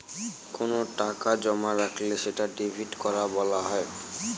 কোনো টাকা জমা করলে সেটা ডেবিট করা বলা হয়